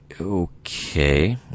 Okay